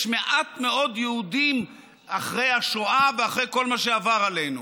יש מעט מאוד יהודים אחרי השואה ואחרי כל מה שעבר עלינו,